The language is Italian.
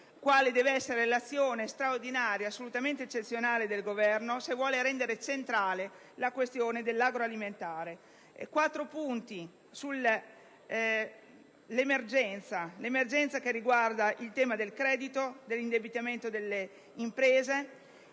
quale debba essere l'azione straordinaria e assolutamente eccezionale del Governo se vuole rendere centrale la questione agroalimentare. Sono quattro i punti da affrontare sull'emergenza: vi è il tema del credito e dell'indebitamento delle imprese;